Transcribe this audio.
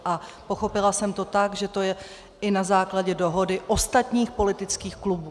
A pochopila jsem to tak, že to je i na základě dohody ostatních politických klubů.